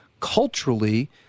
culturally